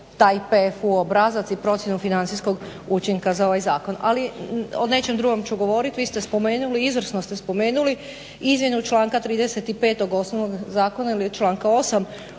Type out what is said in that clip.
taj PFU obrazac i procjenu financijskog učinka za ovaj zakon. Ali o nečem drugom ću govorit. Vi ste spomenuli, izvrsno ste spomenuli izmjenu članka 35. osnovnog zakona ili članka 8.